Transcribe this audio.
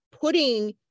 putting